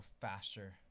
faster